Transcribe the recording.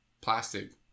plastic